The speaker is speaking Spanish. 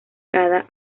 cada